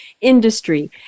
industry